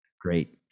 great